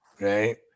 right